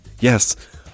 Yes